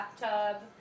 bathtub